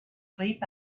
sleep